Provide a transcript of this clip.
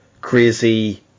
crazy